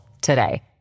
today